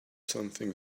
something